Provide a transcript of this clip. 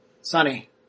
Sunny